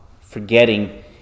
forgetting